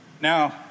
Now